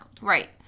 Right